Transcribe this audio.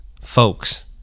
folks